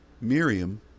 Miriam